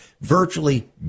virtually